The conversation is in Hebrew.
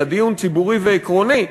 אלא דיון ציבורי ועקרוני,